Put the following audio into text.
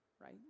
right